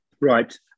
Right